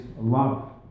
love